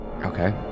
Okay